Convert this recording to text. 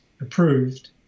approved